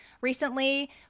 recently